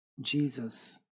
Jesus